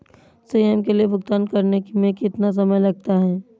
स्वयं के लिए भुगतान करने में कितना समय लगता है?